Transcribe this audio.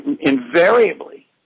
invariably